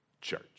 church